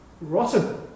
rotten